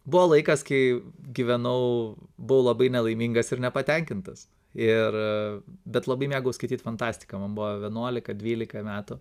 buvo laikas kai gyvenau buvau labai nelaimingas ir nepatenkintas ir bet labai mėgau skaityt fantastiką man buvo vienuolika dvylika metų